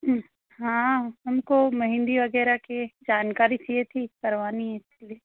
हाँ हमको मेहंदी वगैराह की जानकारी चाहिए थी करवानी है एक्चुअली